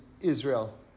Israel